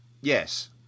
Yes